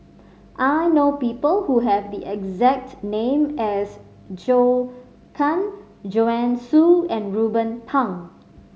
I know people who have the exact name as Zhou Can Joanne Soo and Ruben Pang